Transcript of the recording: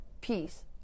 peace